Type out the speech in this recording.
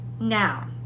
now